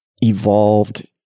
evolved